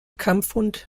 kampfhund